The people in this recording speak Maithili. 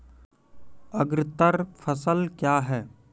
अग्रतर फसल क्या हैं?